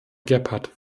gebhardt